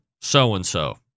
so-and-so